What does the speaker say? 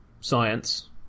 science